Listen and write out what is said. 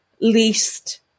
least